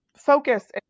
focus